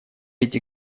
эти